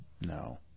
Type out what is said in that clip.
No